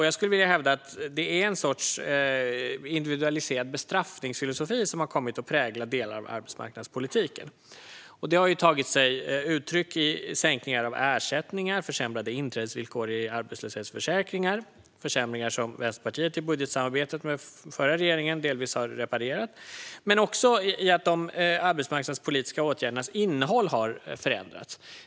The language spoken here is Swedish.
Jag skulle vilja hävda att det är en sorts individualiserad bestraffningsfilosofi som har kommit att prägla delar av arbetsmarknadspolitiken. Det har tagit sig uttryck i sänkningar av ersättningar och försämrade inträdesvillkor i arbetslöshetsförsäkringen - försämringar som Vänsterpartiet i budgetsamarbetet med den förra regeringen delvis har reparerat. Också de arbetsmarknadspolitiska åtgärdernas innehåll har förändrats.